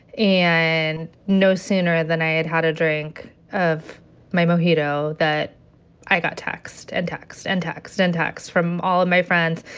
and no sooner than i had had a drink of my mojito that i got text and text and text and text from all of my friends,